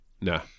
nah